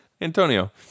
Antonio